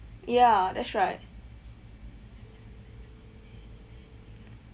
ya that's right